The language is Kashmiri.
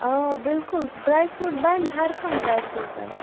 آ بلکل ڈرےٛ فروٗٹ بَنہِ ہرکانٛہہ ڈرےٛ فروٗٹ بَنہِ